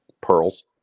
Pearls